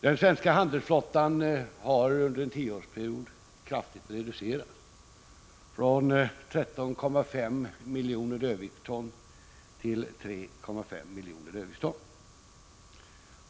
Den svenska handelsflottan har under en tioårsperiod kraftigt reducerats, från 13,5 miljoner dödviktston till 3,5 miljoner dödviktston.